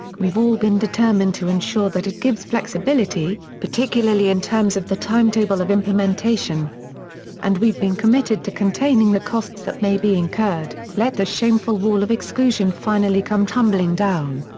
we've all been determined to ensure that it gives flexibility, particularly in terms of the timetable of implementation and we've been committed to containing the costs that may be incurred. let the shameful wall of exclusion finally come tumbling down.